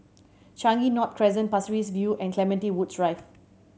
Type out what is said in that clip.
Changi North Crescent Pasir Ris View and Clementi Woods Drive